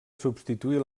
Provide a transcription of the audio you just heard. substituir